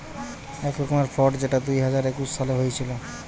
এক রকমের ফ্রড যেটা দুই হাজার একুশ সালে হয়েছিল